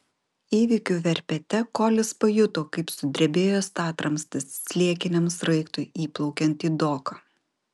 įvykių verpete kolis pajuto kaip sudrebėjo statramstis sliekiniam sraigtui įplaukiant į doką